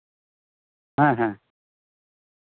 ᱦᱮᱸ ᱦᱮᱸ